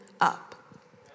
up